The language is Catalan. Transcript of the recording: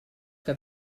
que